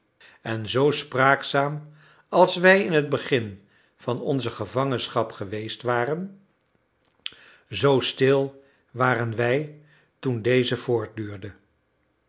en zoo spraakzaam als wij in het begin van onze gevangenschap geweest waren zoo stil waren wij toen deze voortduurde